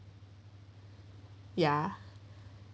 ya